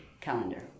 calendar